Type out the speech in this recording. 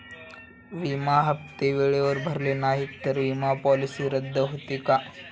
विमा हप्ते वेळेवर भरले नाहीत, तर विमा पॉलिसी रद्द होते का?